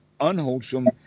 unwholesome